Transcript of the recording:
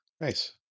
Nice